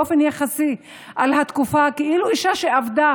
באופן יחסי על התקופה כאילו אישה שעבדה